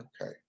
Okay